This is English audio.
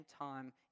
time